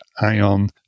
ion